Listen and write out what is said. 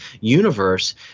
universe